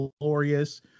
glorious